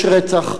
יש רצח,